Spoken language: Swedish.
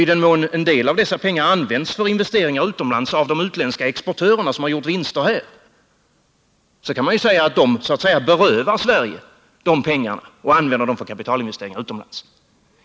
I den mån en del av dessa pengar används för investeringar utomlands av de utländska exportörerna, som har gjort vinster här, kan man hävda att de så att säga berövar Sverige de pengarna och använder dem för kapitalinvesteringar utomlands.